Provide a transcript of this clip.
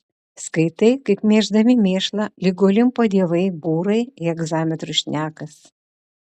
skaitai kaip mėždami mėšlą lyg olimpo dievai būrai hegzametru šnekas